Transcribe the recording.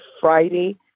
Friday